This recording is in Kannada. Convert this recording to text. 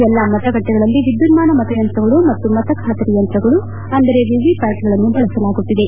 ಎಲ್ಲಾ ಮತಗಟ್ಟೆಗಳಲ್ಲಿ ವಿದ್ಯುನ್ಮಾನ ಮತಯಂತ್ರಗಳು ಮತ್ತು ಮತ ಖಾತರಿ ಯಂತ್ರಗಳು ಅಂದರೆ ವಿವಿ ಪ್ಟಾಟ್ಗಳನ್ನು ಬಳಸಲಾಗುತ್ತಿದೆ